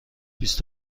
بیست